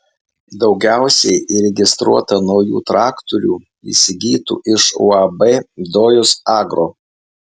daugiausiai įregistruota naujų traktorių įsigytų iš uab dojus agro